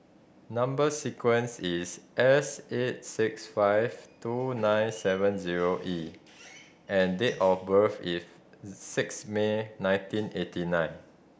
number sequence is S eight six five two nine seven zero E and date of birth is six May nineteen eighty nine